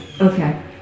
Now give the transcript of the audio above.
Okay